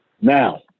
Now